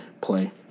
play